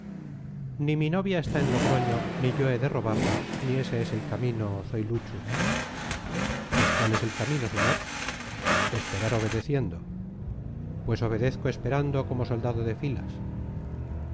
ni mi novia está en logroño ni yo he de robarla ni ese es el camino zoiluchu pues cuál es el camino señor esperar obedeciendo pues obedezco esperando como soldado de filas